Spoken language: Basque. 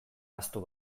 ahaztu